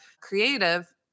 creative